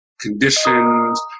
conditions